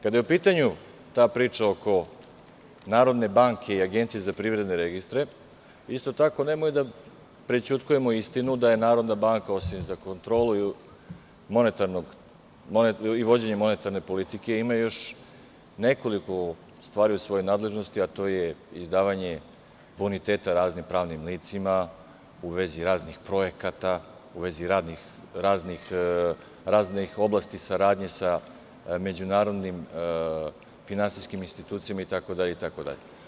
Kada je u pitanju ta priča oko Narodne banke i APR, nemoj da prećutkujemo istinu da Narodna banka, osim za kontrolu i vođenje monetarne politike, ima još nekoliko stvari u svojoj nadležnosti, a to je – izdavanje boniteta raznim pravnim licima u vezi raznih projekata, u vezi raznih oblasti saradnje sa međunarodnim finansijskim institucijama itd, itd.